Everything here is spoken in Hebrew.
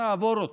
נעבור אותו,